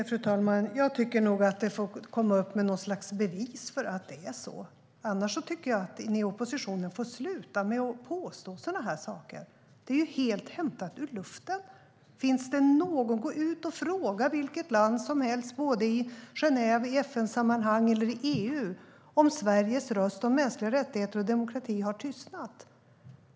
Fru talman! Jag tycker nog att man får komma med något slags bevis för att det är så. Annars tycker jag att oppositionen får sluta med att påstå sådana här saker. Det är ju helt hämtat ur luften. Gå ut och fråga vilket land som helst i Genèvesammanhang, i FN-sammanhang eller i EU om Sveriges röst om mänskliga rättigheter och demokrati har tystnat!